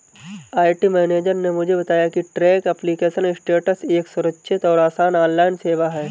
IT manager ने मुझे बताया की ट्रैक एप्लीकेशन स्टेटस एक सुरक्षित और आसान ऑनलाइन सेवा है